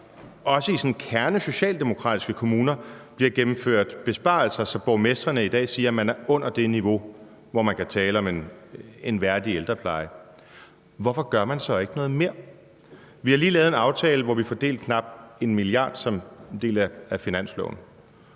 i sådan kernesocialdemokratiske kommuner bliver gennemført besparelser, så borgmestrene i dag siger, at man er under det niveau, hvor man kan tale om en værdig ældrepleje, vil jeg spørge, hvorfor man så ikke gør noget mere. Vi har lige lavet en aftale, hvor vi fordelte knap 1 mia. kr. som en del af finansloven.